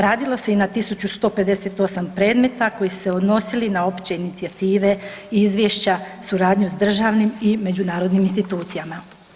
Radilo se i na 1158 predmeta koji su se odnosili na opće inicijative, izvješća, suradnju sa državnim i međunarodnim institucijama.